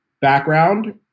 background